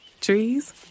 Trees